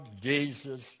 Jesus